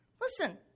Listen